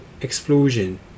explosion